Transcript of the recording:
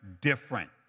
different